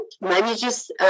manages